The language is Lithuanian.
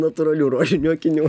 natūralių rožinių akinių